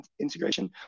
integration